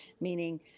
meaning